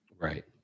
Right